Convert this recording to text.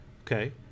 Okay